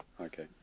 okay